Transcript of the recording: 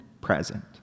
present